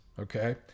okay